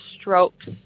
strokes